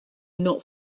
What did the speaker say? not